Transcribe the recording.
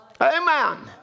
Amen